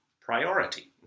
priority